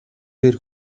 дээр